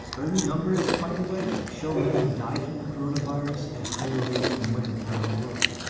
early numbers, by the way, show men have died from the corona virus at higher rates than women around the world.